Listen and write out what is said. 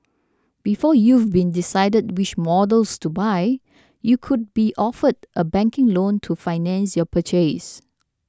before you've even decided which models to buy you could be offered a banking loan to finance your purchase